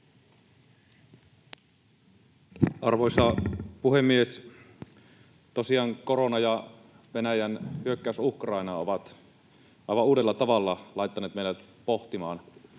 Arvoisa puhemies! Tosiaan korona ja Venäjän hyökkäys Ukrainaan ovat aivan uudella tavalla laittaneet meidät pohtimaan